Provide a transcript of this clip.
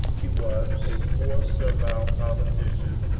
he was a poor servile politician,